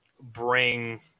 bring